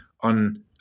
on